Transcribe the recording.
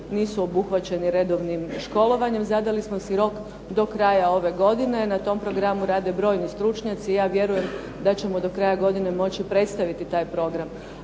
nisu obuhvaćeni redovnim školovanjem. Zadali smo si rok do kraja ove godine. Na tom programu rade brojni stručnjaci. Ja vjerujem da ćemo do kraja godine moći predstaviti taj program.